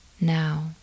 now